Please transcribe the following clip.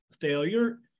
failure